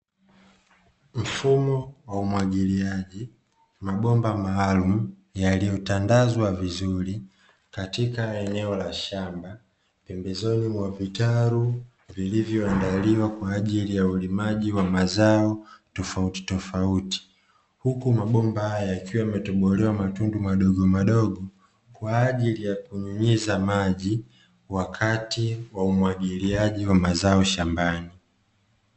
Mfumo wa umwagiliaji. Mabomba maalumu yaliyotandazwa vizuri katika eneo la shamba, pembezoni mwa vitalu vilivyoandaliwa kwa ajili ya ulimaji wa mazao tofautitofauti. Huku mabomba haya yakiwa yametobolewa matundu madogomadogo kwa ajili ya kunyunyiza maji wakati wa umwagiliaji wa mazao shambani.